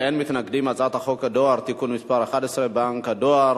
ההצעה להעביר את הצעת חוק הדואר (תיקון מס' 11) (בנק הדואר),